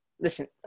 Listen